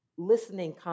listening